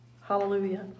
Hallelujah